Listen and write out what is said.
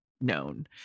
known